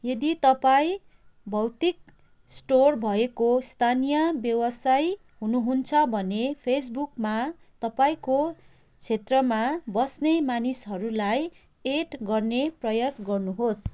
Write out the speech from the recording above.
यदि तपाईँँ भौतिक स्टोर भएको स्थानीय व्यवसायी हुनुहुन्छ भने फेसबुकमा तपाईँँको क्षेत्रमा बस्ने मानिसहरूलाई एड गर्ने प्रयास गर्नुहोस्